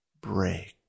break